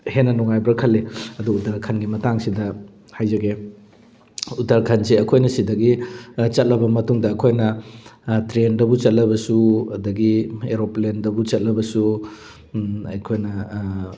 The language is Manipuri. ꯍꯦꯟꯅ ꯅꯨꯡꯉꯥꯏꯕ꯭ꯔ ꯈꯜꯂꯤ ꯑꯗꯨ ꯎꯇꯔꯈꯟꯒꯤ ꯃꯇꯥꯡꯁꯤꯗ ꯍꯥꯏꯖꯒꯦ ꯎꯇꯔꯈꯟꯁꯦ ꯑꯩꯈꯣꯏꯅ ꯁꯤꯗꯒꯤ ꯆꯠꯂꯕ ꯃꯇꯨꯡꯗ ꯑꯩꯈꯣꯏꯅ ꯇ꯭ꯔꯦꯟꯗꯕꯨ ꯆꯠꯂꯕꯁꯨ ꯑꯗꯨꯗꯒꯤ ꯑꯦꯔꯣꯄ꯭ꯂꯦꯟꯗꯕꯨ ꯆꯠꯂꯕꯁꯨ ꯑꯩꯈꯣꯏꯅ